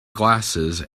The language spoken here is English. glasses